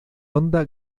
onda